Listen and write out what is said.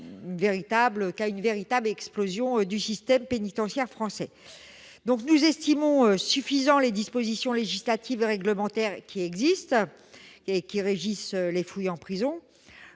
terme, une véritable explosion du système pénitentiaire français. Nous estimons suffisantes les dispositions législatives et réglementaires qui régissent actuellement les fouilles en prison.